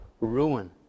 ruin